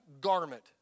garment